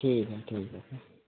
ठीक है ठीक है फिर